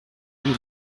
lui